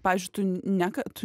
pavyzdžiui ne kad